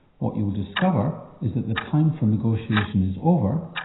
what you'll discover is that the time for negotiation is over,